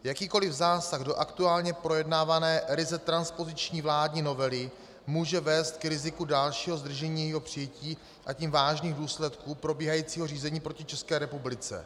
Jakýkoliv zásah do aktuálně projednávané, ryze transpoziční vládní novely může vést k riziku dalšího zdržení jejího přijetí, a tím vážných důsledků probíhajícího řízení proti České republice.